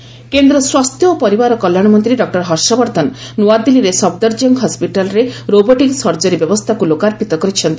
health robotic କେନ୍ଦ୍ର ସ୍ୱାସ୍ଥ୍ୟ ଓ ପରିବାର କଲ୍ୟାଣ ମନ୍ତ୍ରୀ ଡକ୍ଟର ହର୍ଷବର୍ଦ୍ଧନ ନୂଆଦିଲ୍ଲୀର ସଫ୍ଦରଜଙ୍ଗ ହସ୍କିଟାଲ୍ରେ ରୋବୋଟିକ୍ ସର୍ଜରୀ ବ୍ୟବସ୍ଥାକ୍ ଲୋକାର୍ପିତ କରିଛନ୍ତି